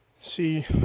See